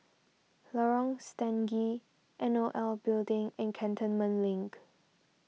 Lorong Stangee N O L Building and Cantonment Link